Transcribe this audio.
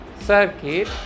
circuit